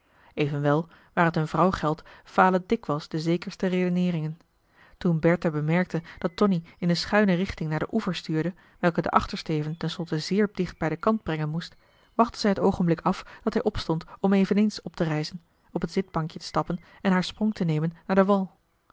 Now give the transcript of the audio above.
evenwel waar het een vrouw geldt falen dikwijls de zekerste redeneeringen toen bertha bemerkte dat tonie in een schuine richting naar den oever stuurde welke den achtersteven ten slotte zeer dicht bij den kant brengen moest wachtte zij het oogenblik af dat hij opstond om eveneens opterijzen op het zitbankje te stappen en haar sprong te nemen naar den wal